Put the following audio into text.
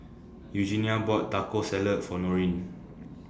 Eugenia bought Taco Salad For Norene